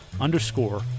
underscore